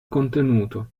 contenuto